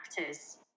actors